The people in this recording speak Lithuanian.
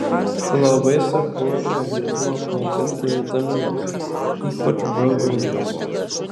labai svarbu organizmą aprūpinti vitaminais ypač b grupės